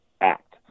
act